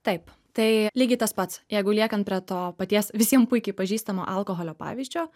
taip tai lygiai tas pats jeigu liekant prie to paties visiem puikiai pažįstamo alkoholio pavyzdžio